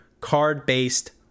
card-based